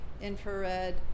Infrared